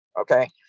Okay